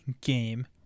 game